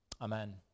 Amen